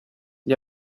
gli